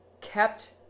kept